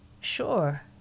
Sure